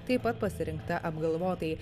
taip pat pasirinkta apgalvotai